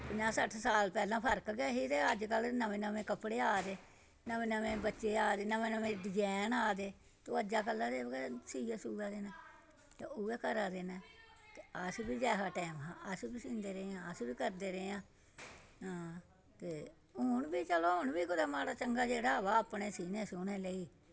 पंजाह् सट्ठ साल पैह्लें फर्क गै ऐहा ते अज कल्ल नमें नमें कपड़े आये दे नमें नमें बच्चे आये दे नमें नमें डिजाईन आये दे ते अज्जै कल्लै दे उऐ सीआ दे न ते उऐ करा दे न अस बी ऐहा टाईम अस बी सींदे रेह् आं अस बी करदे रेह् आं ते हून बी चलो हून बी जेह्ड़ा माड़ा चंगा होऐ अपने सीह्ने लेई